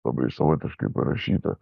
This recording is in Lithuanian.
labai savotiškai parašyta